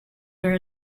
were